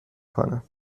کنه